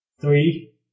Three